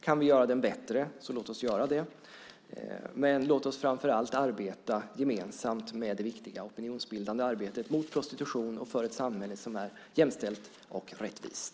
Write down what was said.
Kan vi göra den bättre, så låt oss göra det, men låt oss framför allt arbeta gemensamt med det viktiga opinionsbildande arbetet mot prostitution och för ett samhälle som är jämställt och rättvist.